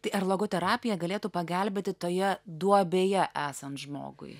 tai ar logoterapija galėtų pagelbėti toje duobėje esant žmogui